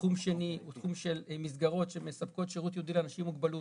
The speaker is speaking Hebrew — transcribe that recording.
התחום השני הוא תחום של מסגרות שמספקות שירות ייעודי לאנשים עם מוגבלות,